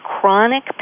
chronic